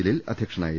ജലീൽ അധ്യക്ഷനായിരുന്നു